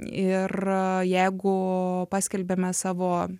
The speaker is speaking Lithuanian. ir jeigu paskelbiame savo